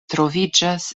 troviĝas